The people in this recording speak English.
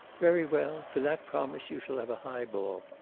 very well. for that promise you shall have a highball.